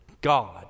God